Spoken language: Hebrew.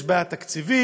יש בעיה תקציבית,